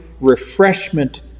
refreshment